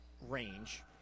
range